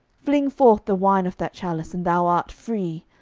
fling forth the wine of that chalice, and thou art free.